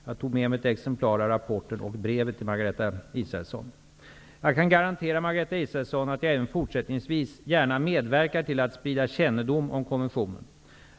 Jag tog med mig ett exemplar av rapporten och brevet till Jag kan garantera Margareta Israelsson att jag även fortsättningsvis gärna medverkar till att sprida kännedom om konventionen.